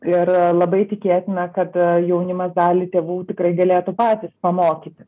ir labai tikėtina kad jaunimas dalį tėvų tikrai galėtų patys pamokyti